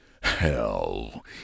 Hell